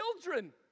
children